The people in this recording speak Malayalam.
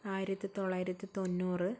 ആയിരത്തിത്തൊള്ളായിരത്തി തൊണ്ണൂറ്